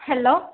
hello